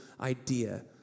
idea